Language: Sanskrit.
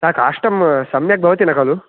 सा काष्टं सम्यक् भवति न खलु